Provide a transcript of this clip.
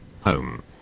home